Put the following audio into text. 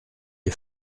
est